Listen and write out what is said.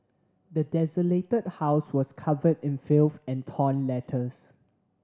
the desolated house was covered in filth and torn letters